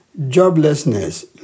Joblessness